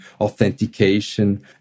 authentication